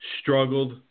struggled